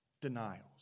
denials